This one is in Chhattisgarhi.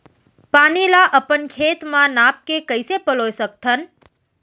पानी ला अपन खेत म नाप के कइसे पलोय सकथन?